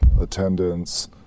attendance